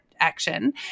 action